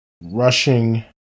Rushing